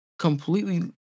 completely